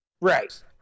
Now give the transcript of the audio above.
Right